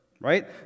right